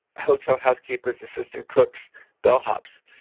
hotel housekeepers, assistant cooks, bellhops.